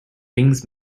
things